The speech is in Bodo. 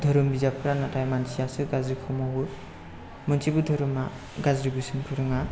धोरोम बिजाबफ्रा नाथाय मानसियासो गाज्रि मावो मोनसेबो धोरोमआ गाज्रि बोसोन फोरोङा